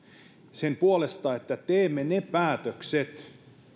sen puolesta että teemme ne päätökset